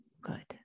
good